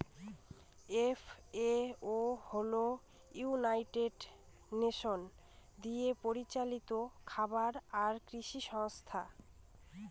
FAO হল United Nation দিয়ে পরিচালিত খাবার আর কৃষি সংস্থা